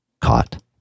caught